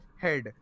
head